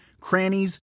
crannies